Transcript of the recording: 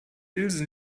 ilse